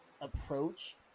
approach